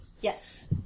Yes